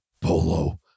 Polo